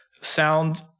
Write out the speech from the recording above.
sound